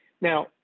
Now